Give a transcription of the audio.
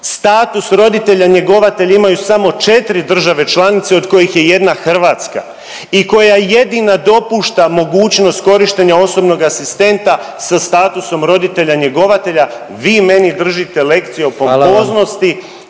status roditelja njegovatelja imaju samo 4 države članice od kojih je jedna hrvatska i koja jedina dopušta mogućnost korištenja osobnog asistenta sa statusom roditelja-njegovatelja vi meni držite lekcije o pompoznosti,